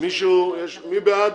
מי בעד